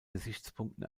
gesichtspunkten